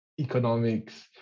economics